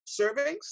servings